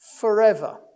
Forever